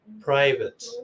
private